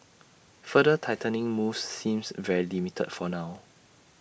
further tightening moves seems very limited for now